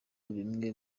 bimwe